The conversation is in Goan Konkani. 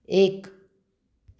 एक